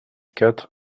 quatre